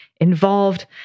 involved